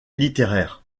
littéraire